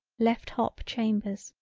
left hop chambers.